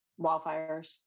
wildfires